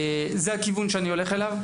זה הכיוון שאני הולך אליו.